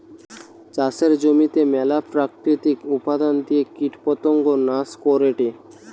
চাষের জমিতে মেলা প্রাকৃতিক উপাদন দিয়ে কীটপতঙ্গ নাশ করেটে